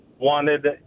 Wanted